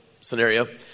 scenario